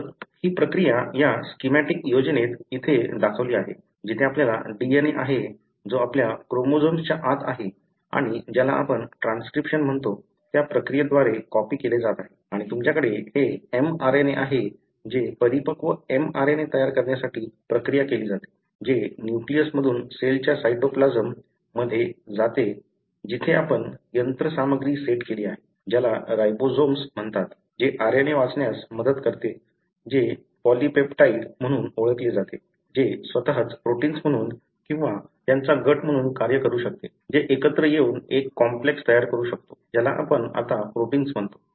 तर ही प्रक्रिया या स्कीमॅटीक योजनेत येथे दाखवली आहे जिथे आपला DNA आहे जो आपल्या क्रोमोझोम्स च्या आत आहे आणि ज्याला आपण ट्रान्सक्रिप्शन म्हणतो त्या प्रक्रियेद्वारे कॉपी केले जात आहे आणि तुमच्याकडे हे mRNA आहे जे परिपक्व mRNA तयार करण्यासाठी प्रक्रिया केली जाते जे न्यूक्लियस मधून सेलच्या सायटोप्लाझम मध्ये जाते जिथे आपण यंत्रसामग्री सेट केली आहे ज्याला राइबोझोम्स म्हणतात जे RNA वाचण्यास मदत करते जे पॉलीपेप्टाइड म्हणून ओळखले जाते जे स्वतःच प्रोटिन्स म्हणून किंवा त्यांच्या गट म्हणून कार्य करू शकते जे एकत्र येऊन एक कॉम्प्लेक्स तयार करू शकतो ज्याला आपण आता प्रोटिन्स म्हणतो